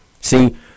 See